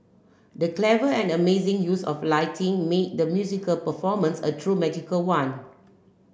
the clever and amazing use of lighting made the musical performance a true magical one